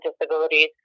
disabilities